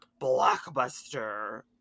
blockbuster